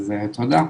אז תודה.